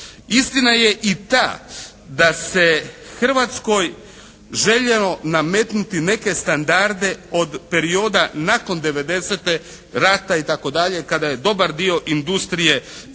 Istina je i ta da se Hrvatskoj željelo nametnuti neke standarde od perioda nakon 90-te, rata itd. kada je dobar dio industrije bio